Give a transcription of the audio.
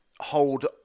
hold